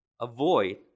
avoid